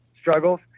struggles